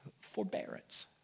Forbearance